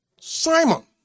Simon